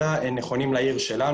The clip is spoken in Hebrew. אלא נכונים לעיר שלנו.